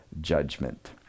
judgment